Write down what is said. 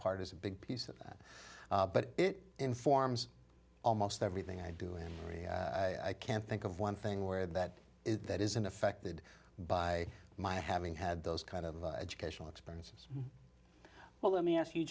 part is a big piece of that but it informs almost everything i do and i can't think of one thing where that is that isn't affected by my having had those kind of educational experiences well let me ask you